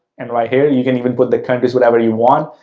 and right here, you can even put the countries whatever you want.